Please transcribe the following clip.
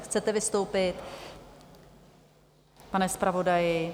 Chcete vystoupit, pane zpravodaji?